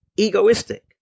Egoistic